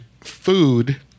food